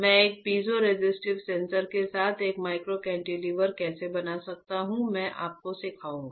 मैं एक piezoresistive sensor के साथ एक माइक्रो कैंटिलीवर कैसे बना सकता हूं मैं आपको सिखाऊंगा